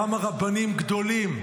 כמה רבנים גדולים,